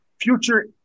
Future